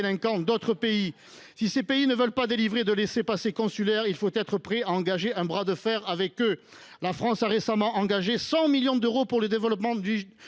d’autres pays. Si ces pays ne veulent pas délivrer de laissez passer consulaires, il faut être prêt à engager un bras de fer avec eux. La France a récemment engagé 100 millions d’euros pour le développement du